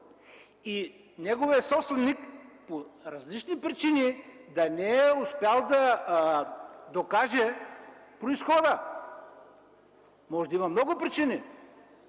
и неговият собственик по различни причини да не е успял да докаже произхода. Може да има много причини.